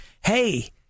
hey